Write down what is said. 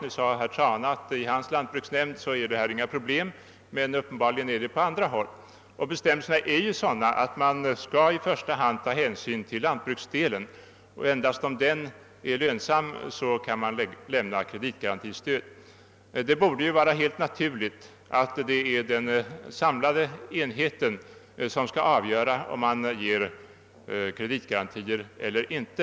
Herr Trana sade att i hans lantbruksnämnd innebär detta inga problem, men uppenbarligen kan det innebära problem på andra håll. Bestämmelserna är ju sådana, att i första hand hänsyn skall tas till lantbruksdelen, och endast om den är lönsam kan kreditgarantistöd lämnas. Det borde vara helt naturligt att den samlade enheten skall avgöra om kreditgarantistöd skall utgå eller icke.